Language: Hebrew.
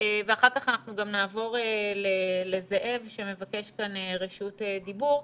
ואחר כך אנחנו גם נעבור לזאב שמבקש כאן רשות דיבור.